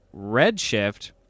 redshift